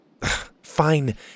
Fine